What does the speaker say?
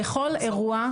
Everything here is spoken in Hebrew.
עשרות.